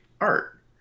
art